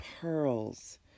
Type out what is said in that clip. pearls